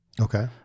Okay